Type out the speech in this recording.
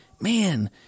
man